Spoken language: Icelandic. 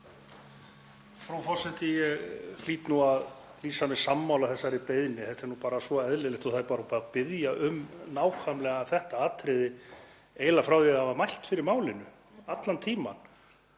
Frú forseti. Ég hlýt að lýsa mig sammála þessari beiðni. Þetta er svo eðlilegt og það er búið að biðja um nákvæmlega þetta atriði eiginlega frá því að mælt var fyrir málinu, allan tímann.